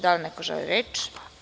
Da li neko želi reč?